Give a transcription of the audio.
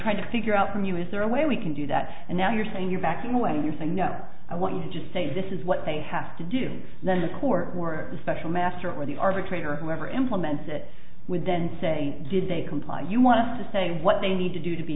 try to figure out from you is there a way we can do that and now you're saying you're backing away you're saying no i want you to just say this is what they have to do then the court or the special master or the arbitrator whatever implements it with then say did they comply you want to say what they need to do to be